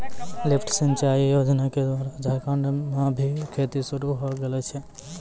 lift सिंचाई योजना क द्वारा झारखंड म भी खेती शुरू होय गेलो छै